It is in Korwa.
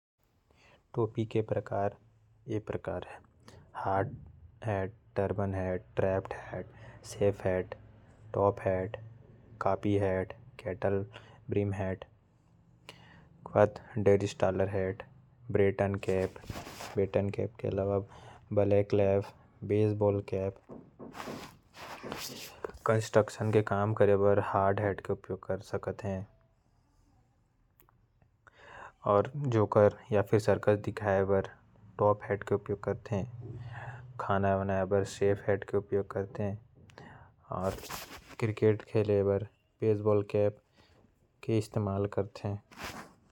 टोपी के प्रकार कुछ ये है। Hat, turban hat, cricket hat, baseball टोपी, हार्ड टोपी। हार्ड टोपी कंस्ट्रक्शन के काम में उपयोग में आयल। सर्कस दिखाए बर टॉप हेट के उपयोग कर थे। खाना बनाए बर चीफ हेट के उपयोग कर थे।